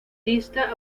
dista